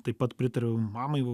taip pat pritariu mamai